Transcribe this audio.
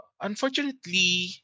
Unfortunately